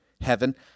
heaven